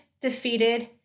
defeated